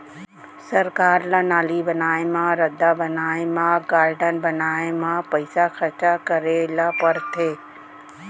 सरकार ल नाली बनाए म, रद्दा बनाए म, गारडन बनाए म पइसा खरचा करे ल परथे